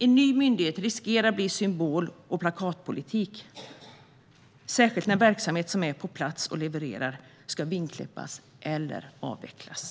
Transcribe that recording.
En ny myndighet riskerar att bli symbol och plakatpolitik, särskilt när verksamhet som är på plats och levererar ska vingklippas eller avvecklas.